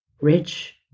rich